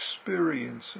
experiencing